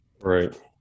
Right